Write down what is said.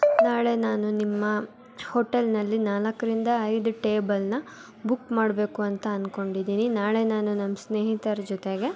ನಾಳೆ ನಾನು ನಿಮ್ಮ ಹೋಟೆಲ್ನಲ್ಲಿ ನಾಲ್ಕರಿಂದ ಐದು ಟೇಬಲನ್ನ ಬುಕ್ ಮಾಡಬೇಕು ಅಂತ ಅನ್ಕೊಂಡಿದ್ದೀನಿ ನಾಳೆ ನಾನು ನಮ್ಮ ಸ್ನೇಹಿತರ ಜೊತೆಗೆ